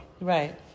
right